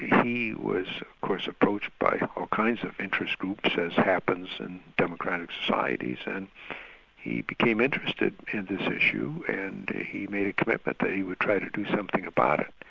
he was of course approached by all kinds of interest groups, as happens in democratic societies, and he became interested in this issue, and he made a commitment that he would try to do something about it.